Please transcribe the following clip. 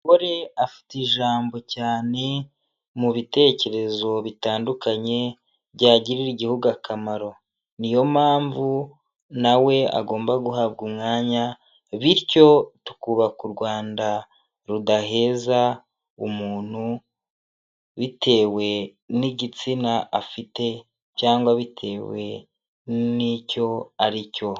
Umugore afite ijambo cyane mu bitekerezo bitandukanye byagirira igihugu akamaro, ni yo mpamvu na we agomba guhabwa umwanya bityo tukubaka u Rwanda rudaheza umuntu bitewe n'igitsina afite cyangwa bitewe n'icyo ari cyo.